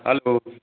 hello